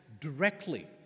directly